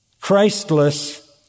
Christless